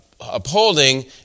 upholding